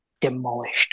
demolished